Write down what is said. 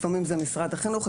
לפעמים זה משרד החינוך,